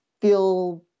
feel